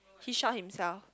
he shot himself